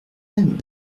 aime